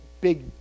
big